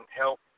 help